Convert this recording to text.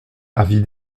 avis